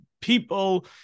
people